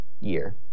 year